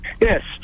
Yes